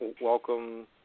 welcome